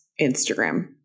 Instagram